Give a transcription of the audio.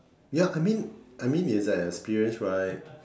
ya I mean I mean it's like experience right